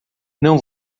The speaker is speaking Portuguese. não